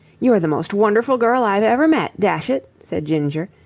you're the most wonderful girl i've ever met, dash it! said ginger,